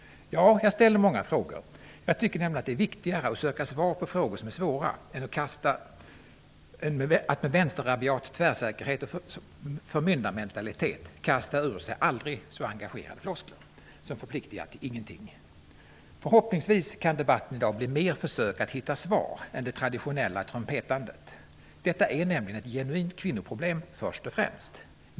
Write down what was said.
Jag ställer många frågor. Jag tycker nämligen att det är viktigare att söka svar på frågor som är svåra än att med vänsterrabiat tvärsäkerhet och förmyndarmentalitet kasta ur sig aldrig så engagerade floskler som förpliktigar till ingenting. Förhoppningsvis kan debatten blir mer försök att hitta svar än det traditionella trumpetandet. Detta är nämligen ett genuint kvinnoproblem först och främst.